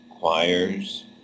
choirs